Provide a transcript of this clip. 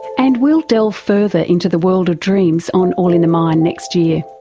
and we'll delve further into the world of dreams on all in the mind next year.